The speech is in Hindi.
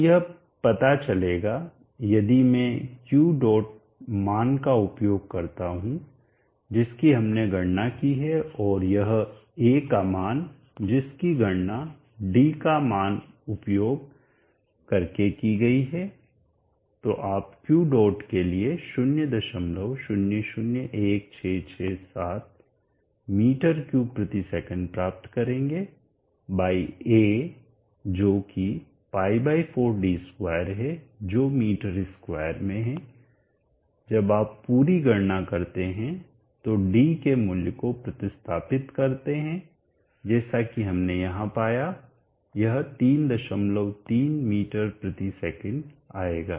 तो यह पता चलेगा यदि मैं Q डॉट मान का उपयोग करता हूं जिसकी हमने गणना की है और यह A का मान जिसकी गणना D मान का उपयोग करके की गई है तो आप Q डॉट के लिए 0001667 m3 s प्राप्त करेंगे बाय A जोकि π4d2 है जो m2में है जब आप पूरी गणना करते हैं और d के मूल्य को प्रतिस्थापित करते हैं जैसा कि हमने यहां पाया यह 33 ms आएगा